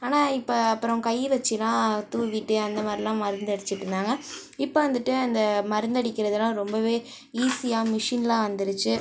ஆனால் இப்போ அப்புறோம் கை வச்சுலா தூவிட்டு அந்தமாதிரிலாம் மருந்து அடுச்சுட்ருந்தாங்க இப்போ வந்துட்டு அந்த மருந்தடிக்கிறதுலாம் ரொம்பவே ஈஸியாக மிஷினெலாம் வந்துருச்சு